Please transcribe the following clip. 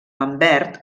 lambert